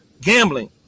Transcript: gambling